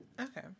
Okay